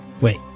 Wait